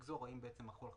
אחרי.